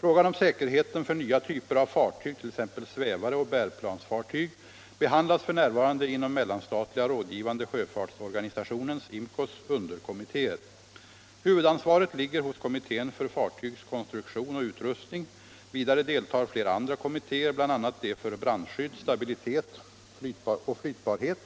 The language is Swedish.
Frågan om säkerheten för nya typer av fartyg, t.ex. svävare och bärplansfartyg, behandlas f.n. inom Mellanstatliga rådgivande sjöfartsorganisationens underkommittéer. Huvudansvaret ligger hos kommittén för fartygs konstruktion och utrustning. Vidare deltar flera andra kommittéer, bl.a. de för brandskydd, stabilitet och flytbarhet